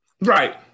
Right